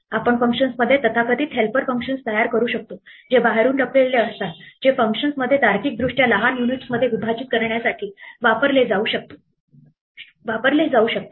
आपण फंक्शन्समध्ये तथाकथित हेल्पर फंक्शन्स तयार करू शकतो जे बाहेरून लपलेले असतात जे फंक्शनमध्ये तार्किकदृष्ट्या लहान युनिट्समध्ये विभाजित करण्यासाठी वापरले जाऊ शकतात